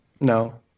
No